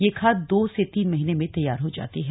यह खाद दो से तीन महीने में तैयार हो जाती है